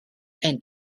eni